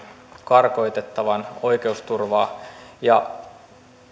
karkotettavan oikeusturvaa